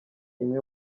imwe